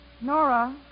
Nora